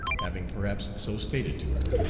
having perhaps so stated to her.